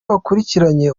bakurikiranye